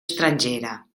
estrangera